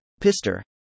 Pister